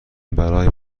برای